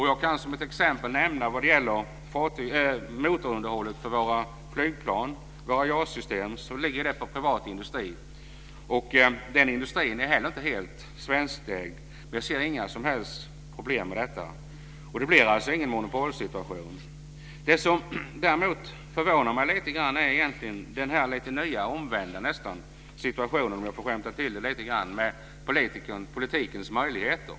Jag kan som ett exempel nämna att motorunderhållet för våra flygplan, våra JAS-system ligger på privat industri. Den industrin är inte heller helt svenskägd. Jag ser inga som helst problem med detta. Det blir ingen monopolsituation. Det som däremot förvånar mig är den nya nästan omvända situationen, om jag får skämta till det lite grann, med politikens möjligheter.